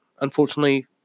Unfortunately